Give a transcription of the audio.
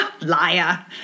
liar